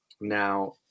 now